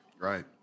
right